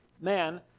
Man